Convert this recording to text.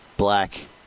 black